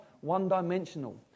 one-dimensional